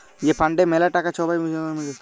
যে ফাল্ডে ম্যালা টাকা ছবাই মিলে টাকা খাটায়